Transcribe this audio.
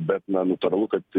bet na natūralu kad